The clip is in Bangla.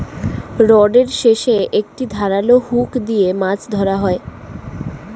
রডের শেষে একটি ধারালো হুক দিয়ে মাছ ধরা হয়